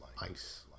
ice